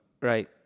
right